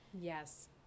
Yes